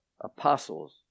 apostles